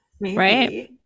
right